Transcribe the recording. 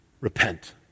Repent